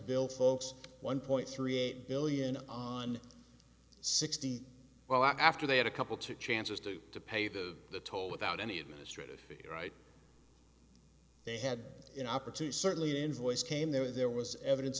bill folks one point three eight billion on sixty well after they had a couple to chances to to pay the the toll without any administrative right they had an opportunity certainly invoice came their way there was evidence